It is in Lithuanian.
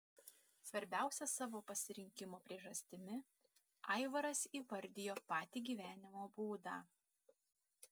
svarbiausia savo pasirinkimo priežastimi aivaras įvardijo patį gyvenimo būdą